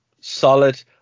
solid